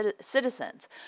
citizens